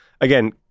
again